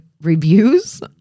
reviews